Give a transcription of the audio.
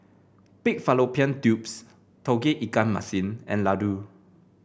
Pig Fallopian Tubes Tauge Ikan Masin and laddu